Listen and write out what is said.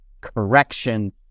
correction